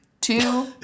Two